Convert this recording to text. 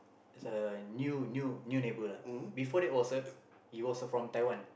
is a new new new neighbour lah before that was a he was uh from Taiwan